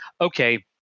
Okay